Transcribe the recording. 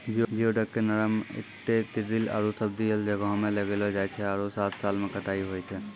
geoduck के नरम intertidal आरो सब्तिदल जग्हो में लगैलो जाय छै आरो सात साल में कटाई होय छै